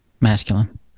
masculine